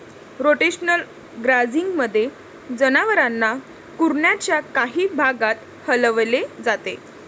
rotational ग्राझिंगमध्ये, जनावरांना कुरणाच्या काही भागात हलवले जाते